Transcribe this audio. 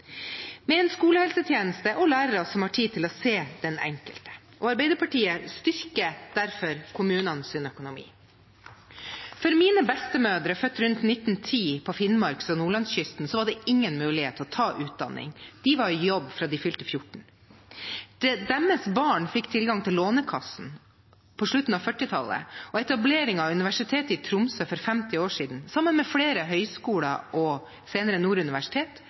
med en skolehelsetjeneste og lærere som har tid til å se den enkelte. Arbeiderpartiet styrker derfor kommunenes økonomi. For mine bestemødre, født rundt 1910 på Finnmarks- og Nordlandskysten, var det ingen mulighet til å ta utdanning. De var i jobb fra de fylte 14. Deres barn fikk tilgang til Lånekassen på slutten av 1940-tallet, og etableringen av Universitetet i Tromsø for 50 år siden, sammen med flere høyskoler og senere